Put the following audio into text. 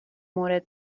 مورد